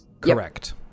Correct